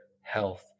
health